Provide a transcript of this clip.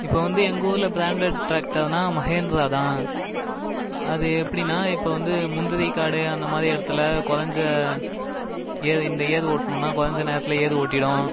இப்போ வந்து எங்கள் ஊரில் பிராண்டட் டிராக்டர்ன்னால் மஹேந்திரா தான் அது எப்படின்னா இப்போ வந்து முந்திரிக்காடு அந்த மாதிரி இடத்துல குறஞ்ச ஏர் இந்த ஏர் ஓட்டணும்ன்னா குறஞ்ச நேரத்தில் ஏர் ஓட்டிவிடும்